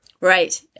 Right